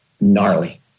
gnarly